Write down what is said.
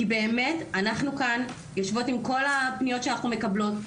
כי באמת אנחנו כאן יושבות עם כל הפניות שאנחנו מקבלות,